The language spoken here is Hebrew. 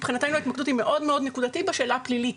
מבחינתנו ההתמקדות היא מאוד נקודתית בשאלה הפלילית,